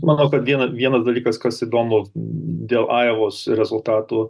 manau kad vieną vienas dalykas kas įdomu dėl ajovos rezultatų